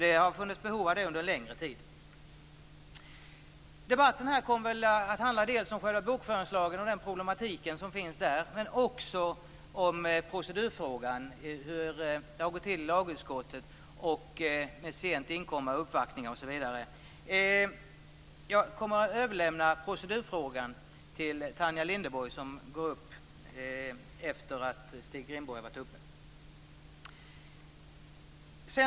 Det har funnits behov av det under en längre tid. Debatten här kom att handla dels om själva bokföringslagen och de problem som finns där, dels om procedurfrågan, dvs. hur det har gått till i lagutskottet med sent inkomna uppvaktningar osv. Jag överlämnar procedurfrågan till Tanja Linderborg som kommer efter Stig Rindborg på talarlistan.